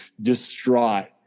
distraught